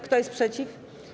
Kto jest przeciw?